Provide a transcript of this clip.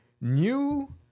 new